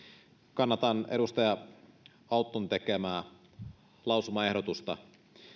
kannatan edustaja autton tekemää lausumaehdotusta